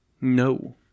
No